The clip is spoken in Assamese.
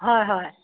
হয় হয়